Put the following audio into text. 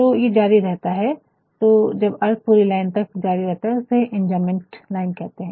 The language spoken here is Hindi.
तो ये जारी रहता है तो जब अर्थ दूसरी लाइन तक जारी रहता है उसको इंजंबमंट लाइन कहते है